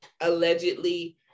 allegedly